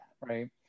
right